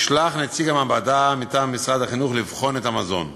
נשלח נציג המעבדה מטעם משרד החינוך לבחון את המזון.